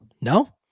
No